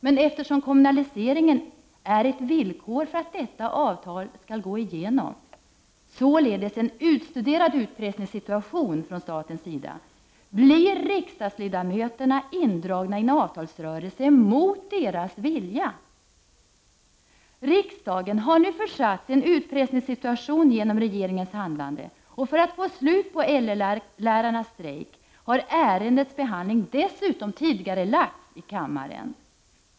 Men eftersom kommunaliseringen är ett villkor för att detta avtal skall gå igenom är detta således en utstuderad utpressningssituation från statens sida. Blir riksdagsledamöterna indragna i en avtalsrörelse mot sin vilja? Riksdagen har nu försatts i en utpressningssituation genom regeringens handlande. Och för att få slut på LR-lärarnas strejk har ärendets behandling dessutom tidigarelagts i kammaren.